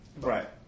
right